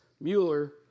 Mueller